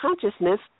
consciousness